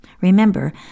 Remember